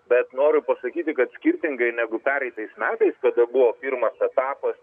bet noriu pasakyti kad skirtingai negu pereitais metais kada buvo pirmas etapas